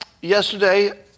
Yesterday